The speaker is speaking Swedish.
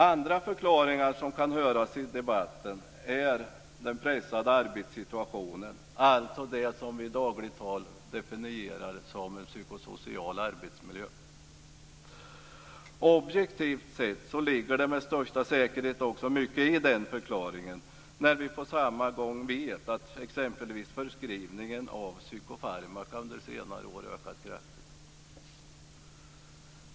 Andra förklaringar som kan höras i debatten är den pressade arbetssituationen, alltså det som vi i dagligt tal definierar som den psykosociala arbetsmiljön. Objektivt sett ligger det med största säkerhet mycket i den förklaringen när vi på samma gång vet att exempelvis förskrivningen av psykofarmaka under senare år ökat kraftigt.